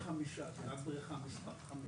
זה רק בריכה מספר 5,